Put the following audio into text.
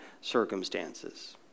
circumstances